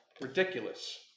Ridiculous